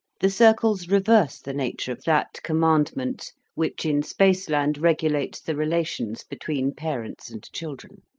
the circles reverse the nature of that commandment which in spaceland regulates the relations between parents and children.